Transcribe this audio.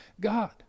God